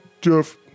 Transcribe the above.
Jeff